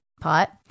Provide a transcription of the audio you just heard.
pot